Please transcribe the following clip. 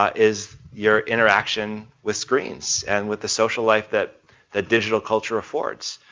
um is your interaction with screens and with the social life that the digital culture affords.